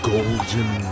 Golden